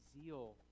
zeal